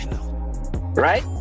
right